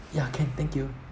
ya can thank you